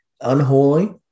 unholy